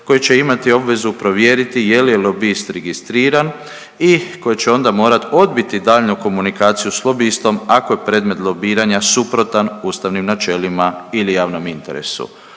koje će imati obvezu provjeriti je li lobist registriran i koje će onda morat odbiti daljnju komunikaciju s lobistom, ako je predmet lobiranja suprotan ustavnim načelima ili javnom interesu.